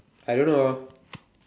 I don't know ah